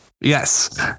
Yes